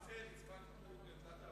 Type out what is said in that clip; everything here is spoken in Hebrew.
אני מבקש להתנצל, הצבעתי במקומו של אהרונוביץ.